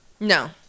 No